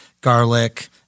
garlic